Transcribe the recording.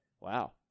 Wow